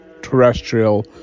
terrestrial